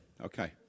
okay